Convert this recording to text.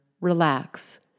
relax